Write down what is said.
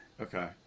Okay